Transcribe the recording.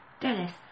Dennis